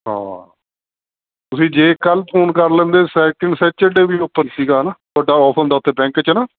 ਹਾਂ ਤੁਸੀਂ ਜੇ ਕੱਲ੍ਹ ਫੋਨ ਕਰ ਲੈਂਦੇ ਸੈਕਿੰਡ ਸੈਚਰਡੇ ਵੀ ਓਪਨ ਸੀਗਾ ਨਾ ਤੁਹਾਡਾ ਆਫ ਹੁੰਦਾ ਉੱਥੇ ਬੈਂਕ 'ਚ ਨਾ